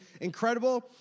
incredible